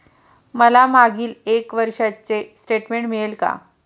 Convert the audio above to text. मला मागील एक वर्षाचे स्टेटमेंट मिळेल का?